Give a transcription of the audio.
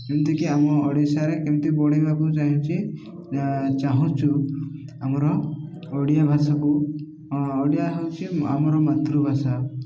ଯେମିତିକି ଆମ ଓଡ଼ିଶାରେ କେମିତି ବଢ଼େଇବାକୁ ଚାହିଁଚି ଚାହୁଁଛୁ ଆମର ଓଡ଼ିଆ ଭାଷାକୁ ଓଡ଼ିଆ ହଉଚି ଆମର ମାତୃଭାଷା